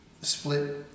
split